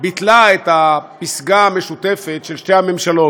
ביטלה את הפסגה המשותפת של שתי הממשלות,